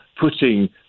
putting